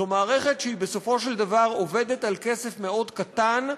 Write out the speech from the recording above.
זו מערכת שבסופו של דבר עובדת על כסף מאוד קטן,